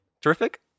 terrific